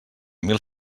mil